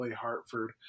Hartford